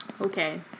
Okay